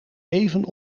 even